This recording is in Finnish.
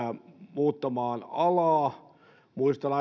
muuttamaan alaa muistan